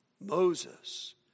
Moses